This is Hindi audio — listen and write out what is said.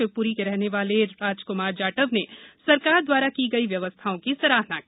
शिवप्री के रहने वाले राजक्मार जा व ने सरकार द्वारा की गई व्यवस्थाओं की सराहना की